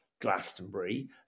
Glastonbury